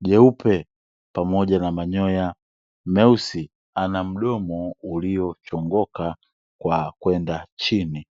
jeupe pamoja na manyoya meusi, ana mdomo uliochongoka kwa kwenda chini.